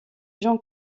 jean